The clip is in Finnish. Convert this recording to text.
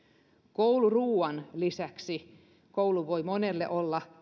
kouluruoan turvaamisen lisäksi koulu voi olla